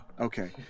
Okay